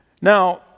Now